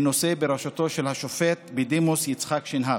בנושא בראשותו של השופט בדימוס יצחק שנהב.